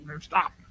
Stop